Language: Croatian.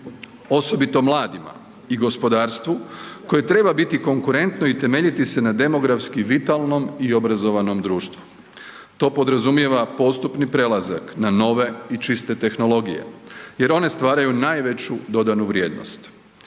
Osobito mladima i gospodarstvu koje treba biti konkurentno i temeljiti se na demografski vitalnom i obrazovanom društvu. To podrazumijeva postupni prelazak na nove i čiste tehnologije jer one stvaraju najveću dodanu vrijednost,